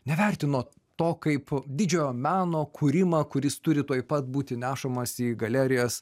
nevertino to kaip didžiojo meno kūrimą kuris turi tuoj pat būti nešamas į galerijas